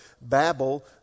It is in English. Babel